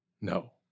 No